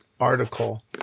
article